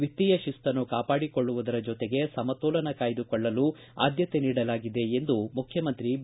ವಿತ್ತೀಯ ಶಿಸ್ತನ್ನು ಕಾಪಾಡಿಕೊಳ್ಳುವುದರ ಜೊತೆಗೆ ಸಮತೋಲನ ಕಾಯ್ದುಕೊಳ್ಳಲು ಆದ್ದತೆ ನೀಡಲಾಗಿದೆ ಎಂದು ಮುಖ್ಯಮಂತ್ರಿ ಬಿ